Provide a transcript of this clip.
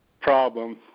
problem